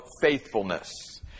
faithfulness